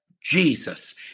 Jesus